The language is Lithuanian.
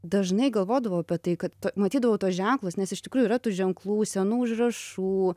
dažnai galvodavau apie tai kad matydavau tuos ženklus nes iš tikrųjų yra tų ženklų senų užrašų